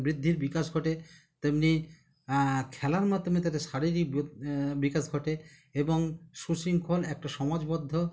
বৃদ্ধির বিকাশ ঘটে তেমনই খেলার মাধ্যমে তাদের শারীরিক বিকাশ ঘটে এবং সুশৃঙ্খল একটা সমাজবদ্ধ